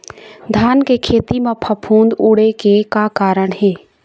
धान के खेती म फफूंद उड़े के का कारण हे?